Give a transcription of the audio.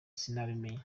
sinabimenya